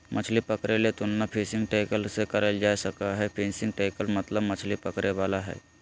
मछली पकड़े के तुलना फिशिंग टैकल से करल जा सक हई, फिशिंग टैकल मतलब मछली पकड़े वाला से हई